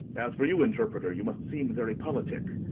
as for you, interpreter, you must seem very politic.